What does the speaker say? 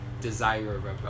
Desirable